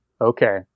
Okay